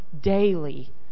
daily